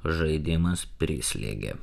žaidimas prislėgė